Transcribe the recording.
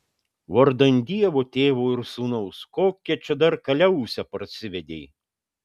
vardan dievo tėvo ir sūnaus kokią čia dar kaliausę parsivedei